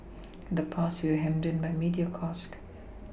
in the past we were hemmed in by media cost